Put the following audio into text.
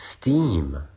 steam